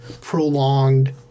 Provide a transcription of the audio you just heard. prolonged